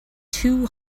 two